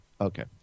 Okay